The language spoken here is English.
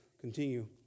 continue